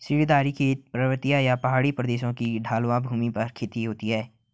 सीढ़ीदार खेत, पर्वतीय या पहाड़ी प्रदेशों की ढलवां भूमि पर खेती होती है